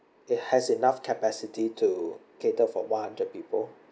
it has enough capacity to cater for one hundred people